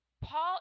Paul